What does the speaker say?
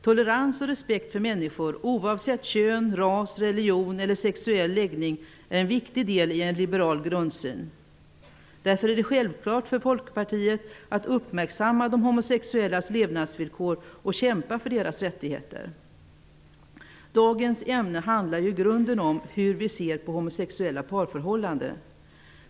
Tolerans och respekt för människor, oavsett kön, ras, religion eller sexuell läggning, är en viktig del i en liberal grundsyn. Därför är det självklart för Folkpartiet att uppmärksamma de homosexuellas levnadsvillkor och kämpa för deras rättigheter. Dagens ärende handlar i grunden om hur vi ser på homosexuella parförhållanden.